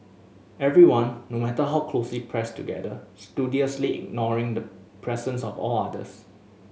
everyone no matter how closely pressed together studiously ignoring the presence of all others